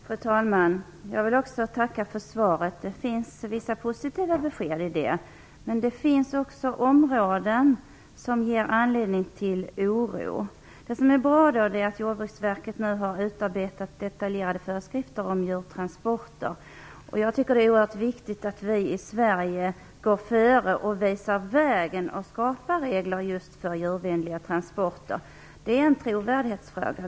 Fru talman! Jag vill också tacka för svaret. Det fanns vissa positiva besked i det, men på vissa områden gav det anledning till oro. Det som är bra är att Jordbruksverket nu har utarbetat detaljerade föreskrifter om djurtransporter. Det är oerhört viktigt att vi i Sverige går före, visar vägen och skapar regler just för djurvänliga transporter. Det är en trovärdighetsfråga.